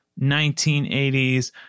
1980s